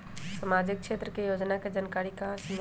सामाजिक क्षेत्र के योजना के जानकारी कहाँ से मिलतै?